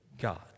God